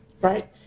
right